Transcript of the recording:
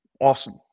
Awesome